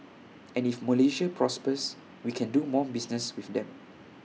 and if Malaysia prospers we can do more business with them